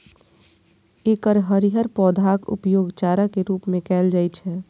एकर हरियर पौधाक उपयोग चारा के रूप मे कैल जाइ छै